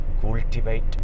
cultivate